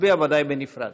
נצביע ודאי בנפרד.